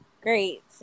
great